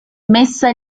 messa